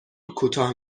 کوتاه